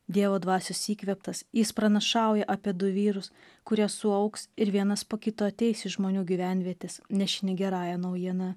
dievo dvasios įkvėptas jis pranašauja apie du vyrus kurie suaugs ir vienas po kito ateis į žmonių gyvenvietes nešini gerąja naujiena